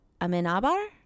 amenabar